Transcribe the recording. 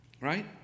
right